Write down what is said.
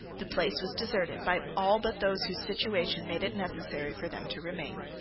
the place was deserted by all but those whose situation made it necessary for them to remain.